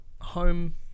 home